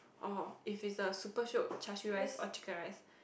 or if it is a super shiok char siew rice or chicken rice